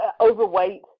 overweight